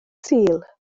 sul